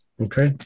Okay